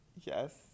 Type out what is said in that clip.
Yes